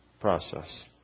process